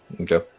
Okay